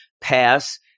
pass